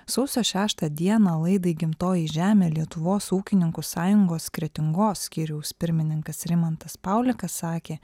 sausio šeštą dieną laidai gimtoji žemė lietuvos ūkininkų sąjungos kretingos skyriaus pirmininkas rimantas paulikas sakė